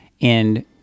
And-